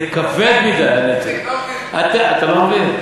זה כבד מדי, הנטל, אתה לא מבין?